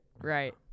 Right